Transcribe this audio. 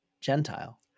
Gentile